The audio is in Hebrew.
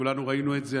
כולנו ראינו את זה,